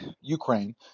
Ukraine